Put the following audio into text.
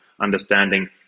understanding